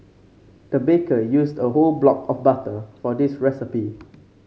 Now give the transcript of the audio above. the baker used a whole block of butter for this recipe